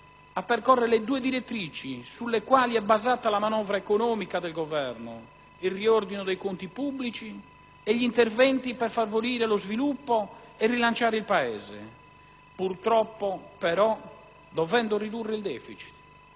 a percorrere le due direttrici sulle quali è basata la manovra economica del Governo: il riordino dei conti pubblici e gli interventi per favorire lo sviluppo e rilanciare il Paese. Purtroppo, però, dovendo ridurre il deficit,